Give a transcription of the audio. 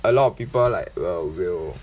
a lot of people like uh will